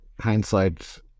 hindsight